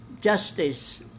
justice